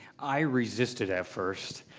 i resisted at first.